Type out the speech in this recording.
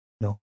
No